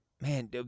Man